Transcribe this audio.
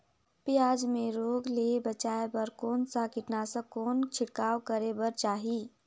पियाज मे रोग ले बचाय बार कौन सा कीटनाशक कौन छिड़काव करे बर चाही?